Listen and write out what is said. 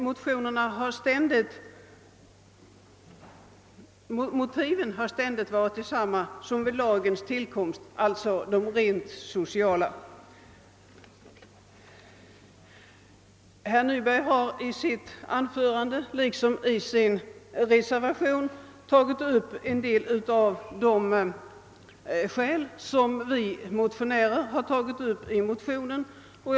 Motiven härför har ständigt varit desamma som föranledde lagens tillkomst, d. v. s. rent sociala skäl. Herr Nyberg har i sitt anförande liksom i sin reservation tagit upp en del av de skäl som motionärerna åberopar.